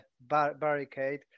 barricade